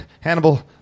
Hannibal